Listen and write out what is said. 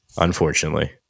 Unfortunately